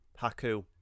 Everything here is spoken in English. Haku